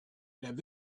and